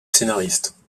scénariste